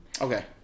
Okay